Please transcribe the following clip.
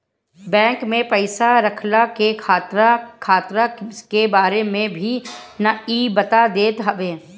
bank में पईसा रखला के खतरा के बारे में भी इ बता देत हवे